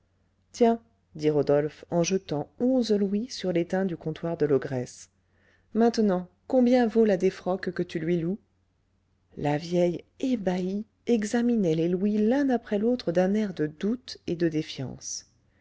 tiens dit rodolphe en jetant onze louis sur l'étain du comptoir de l'ogresse maintenant combien vaut la défroque que tu lui loues la vieille ébahie examinait les louis l'un après l'autre d'un air de doute et de défiance